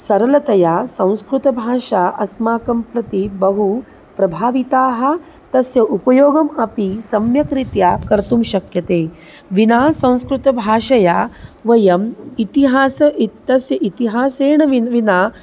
सरलतया संस्कृतभाषा अस्माकं प्रति बहु प्रभाविताः तस्य उपयोगम् अपि सम्यक् रीत्या कर्तुं शक्यते विना संस्कृतभाषया वयम् इतिहासः इत्यस्य इतिहासेन वि विना